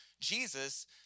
Jesus